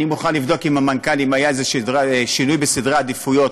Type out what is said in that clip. אני מוכן לבדוק עם המנכ"ל אם היה שינוי בסדרי העדיפות.